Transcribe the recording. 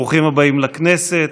ברוכים הבאים לכנסת.